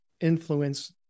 influence